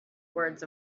words